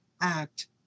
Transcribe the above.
act